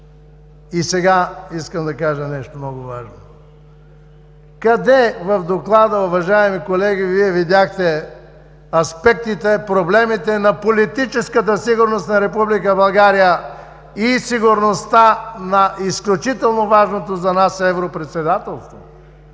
Сега искам да кажа нещо много важно. Къде в Доклада, уважаеми колеги, Вие видяхте аспектите, проблемите на политическата сигурност на Република България и сигурността на изключително важното за нас Европредседателство?